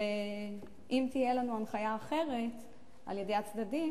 ואם תהיה לנו הנחיה אחרת מהצדדים,